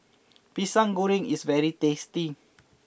Pisang Goreng is very tasty